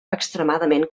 extremadament